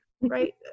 right